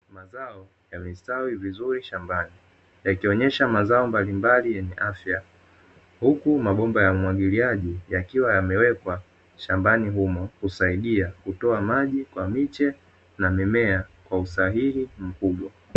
Mazao yamestawi vizuri shambani. Yakionyesha mazao mbalimbali yenye afya, huku mabomba ya umwagiliaji yakiwa yamewekwa shambani humo kusaidia kutoa maji kwa miche na mimea kwa usahihi mkubwa.